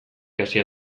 hasia